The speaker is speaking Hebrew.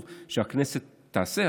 שהכנסת תעשה,